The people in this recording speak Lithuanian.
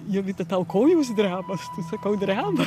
jovita tau kojos dreba sakau dreba